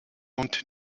und